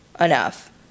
enough